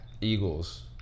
Eagles